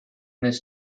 this